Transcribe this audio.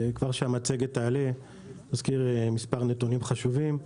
כאשר המצגת תעלה אזכיר מספר נתונים חשובים.